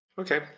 Okay